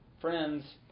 friends